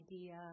idea